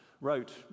wrote